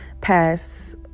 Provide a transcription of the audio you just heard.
past